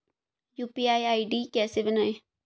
UPI ID कैसे बनाएं?